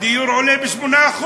הדיור עולה ב-8%,